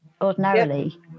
ordinarily